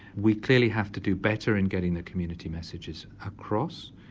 we clearly have to do better in getting the community messages across,